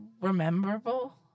rememberable